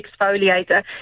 exfoliator